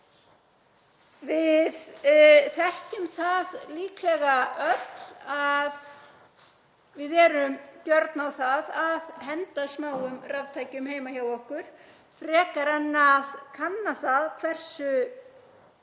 Við þekkjum það líklega öll að við erum gjörn á það að henda smáum raftækjum heima hjá okkur frekar en að kanna það hversu